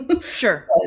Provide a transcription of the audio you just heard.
Sure